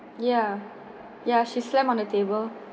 ya ya she slammed on the table